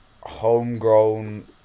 homegrown